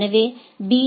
எனவே பி